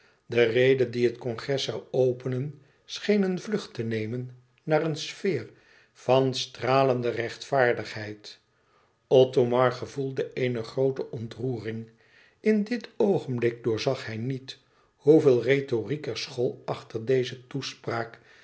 de rede die het congres zoû openen scheen een vlucht te nemen naar een sfeer van stralende rechtvaardigheid othomar gevoelde eene groote ontroering in dit oogenblik doorzag hij niet hoeveel rhetoriek er school achter dezen toespraak